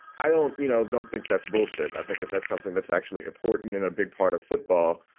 i don't you know, i don't think that's bullshit. i think that that's something that's actually important in a big part of football.